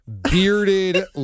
bearded